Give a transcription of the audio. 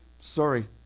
sorry